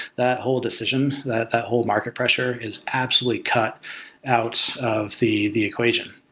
that whole decision, that whole market pressure is absolutely cut out of the the equation.